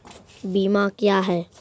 बीमा क्या हैं?